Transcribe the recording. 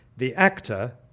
the actor,